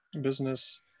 business